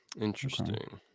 Interesting